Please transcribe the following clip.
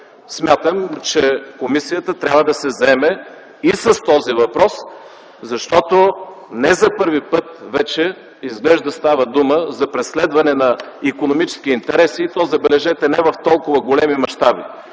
Смятам, че комисията трябва да се заеме и с този въпрос, защото не за първи път вече изглежда става дума за преследване на икономически интереси и то, забележете, не в толкова големи мащаби,